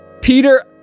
Peter